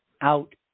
out